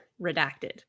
redacted